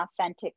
authentic